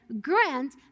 grant